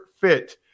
fit